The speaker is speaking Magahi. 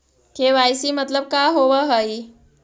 के.वाई.सी मतलब का होव हइ?